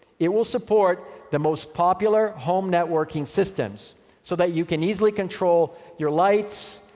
it will support the most popular home networking systems so that you can easily control your lights,